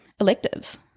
electives